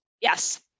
Yes